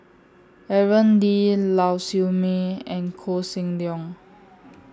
Aaron Lee Lau Siew Mei and Koh Seng Leong